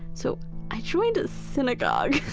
so i joined a synagogue